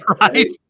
right